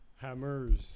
Hammers